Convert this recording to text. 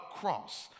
cross